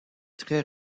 très